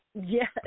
yes